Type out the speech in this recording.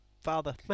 father